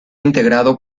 integrado